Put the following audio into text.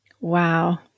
Wow